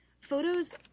Photos